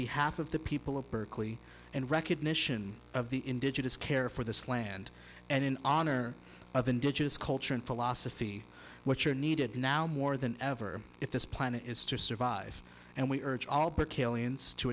behalf of the people of berkeley and recognition of the indigenous care for this land and in honor of indigenous culture and philosophy which are needed now more than ever if this plan is to survive and we urge all